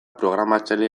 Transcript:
programatzailea